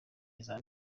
iza